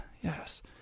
Yes